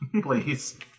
Please